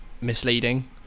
misleading